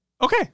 Okay